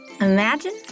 Imagine